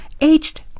aged